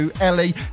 Ellie